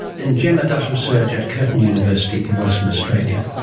and gemma does research at curtin university in western australia